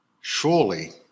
Surely